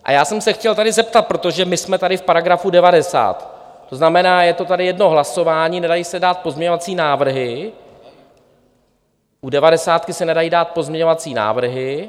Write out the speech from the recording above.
A já jsem se chtěl tady zeptat, protože my jsme tady v § 90, to znamená, je to tady jedno hlasování, nedají se dát pozměňovací návrhy, u devadesátky se nedají dát pozměňovací návrhy.